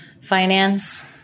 finance